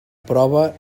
prova